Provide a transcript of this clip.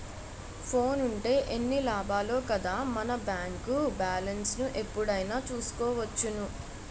ఫోనుంటే ఎన్ని లాభాలో కదా మన బేంకు బాలెస్ను ఎప్పుడైనా చూసుకోవచ్చును